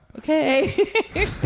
Okay